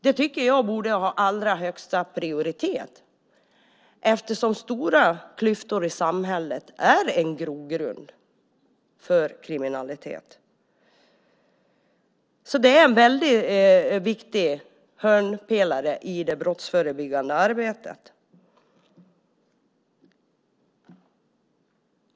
Det tycker jag borde ha allra högsta prioritet eftersom stora klyftor i samhället är en grogrund för kriminalitet. Det är en väldigt viktig hörnpelare i det brottsförebyggande arbetet.